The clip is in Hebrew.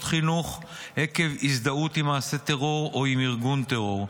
חינוך עקב הזדהות עם מעשה טרור או עם ארגון טרור.